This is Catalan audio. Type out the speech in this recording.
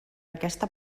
aquesta